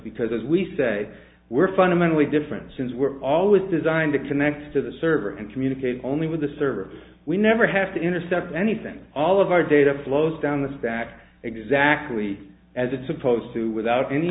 because as we say we're fundamentally different since we're always designed to connect to the server and communicate only with the server we never have to intercept anything all of our data flows down the stack exactly as it's supposed to without any